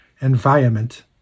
environment